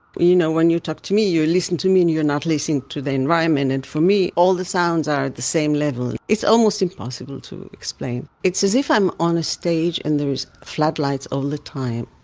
you know, when you talk to me, you listen to me and you're not listening to the environment and for me, all the sounds are at the same level. it's almost impossible to explain. it's as if i'm on a stage and there's floodlights all the time.